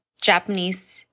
Japanese